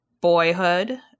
Boyhood